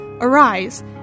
Arise